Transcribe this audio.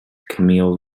cameo